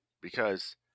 because-